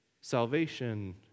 salvation